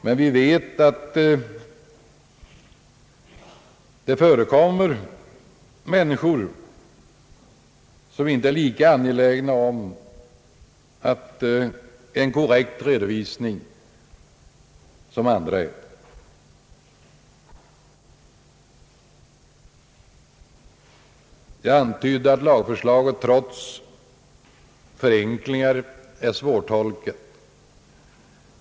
Men vi vet att det finns individer som inte är lika angelägna om en korrekt redovisning som flertalet av oss är. Jag antydde att lagförslaget trots förenklingar är svårtolkat.